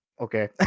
okay